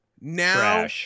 Now